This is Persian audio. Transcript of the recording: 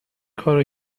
کارو